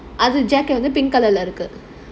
அது:adhu jacket pink colour இருக்கு:irukku